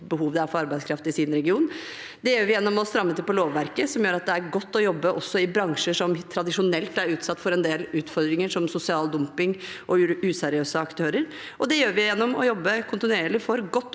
behov det er for arbeidskraft i deres region. Det gjør vi gjennom å stramme til på lovverket, som gjør at det er godt å jobbe også i bransjer som tradisjonelt er utsatt for en del utfordringer, som sosial dumping og useriøse aktører, og det gjør vi også gjennom å jobbe kontinuerlig for godt